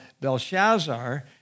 Belshazzar